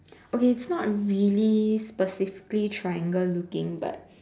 okay it's not really specifically triangle looking but